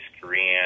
Korean